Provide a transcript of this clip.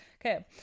Okay